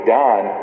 done